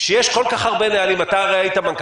שיש כל כך הרבה נהלים אתה הרי היית מנכ"ל